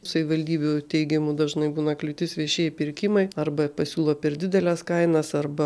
savivaldybių teigimu dažnai būna kliūtis viešieji pirkimai arba pasiūlo per dideles kainas arba